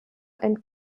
and